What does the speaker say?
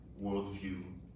worldview